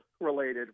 related